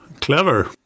Clever